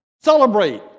celebrate